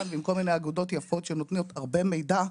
וכל מיני אגודות יפות שנותנות הרבה מידע.